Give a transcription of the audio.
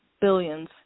Billions